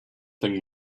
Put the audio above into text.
thing